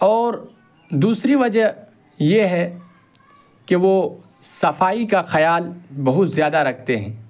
اور دوسری وجہ یہ ہے کہ وہ صفائی کا خیال بہت زیادہ رکھتے ہیں